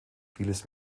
vieles